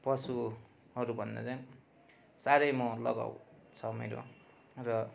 पशुहरू भन्दा चाहिँ साह्रै म लगाउ छ मेरो